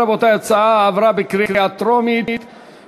ההצעה להעביר את הצעת חוק הפליה מחמת גיל (תיקוני חקיקה),